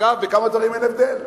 אגב, בכמה דברים אין הבדל.